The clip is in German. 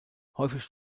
häufig